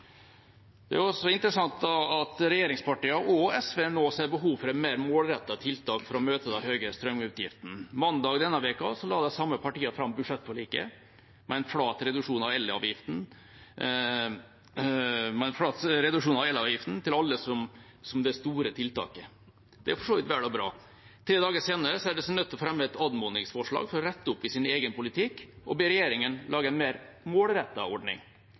Det er også interessant at regjeringspartiene og SV nå ser behov for mer målrettede tiltak for å møte de høye strømutgiftene. Mandag denne uka la de samme partiene fram budsjettforliket med en flat reduksjon av elavgiften til alle som det store tiltaket. Det er for så vidt vel og bra. Tre dager senere ser de seg nødt til å fremme et anmodningsforslag for å rette opp i sin egen politikk, og ber regjeringa lage en mer målrettet ordning.